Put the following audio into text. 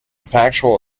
factual